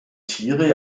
tiere